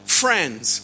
friends